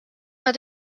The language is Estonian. nad